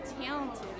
talented